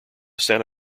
santa